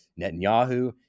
Netanyahu